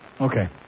Okay